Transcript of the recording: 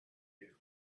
you